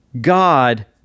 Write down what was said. God